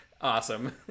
awesome